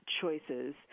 choices